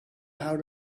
how